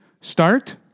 start